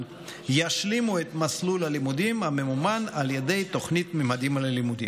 ישלימו את מסלול הלימודים הממומן על ידי תוכנית ממדים ללימודים.